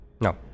no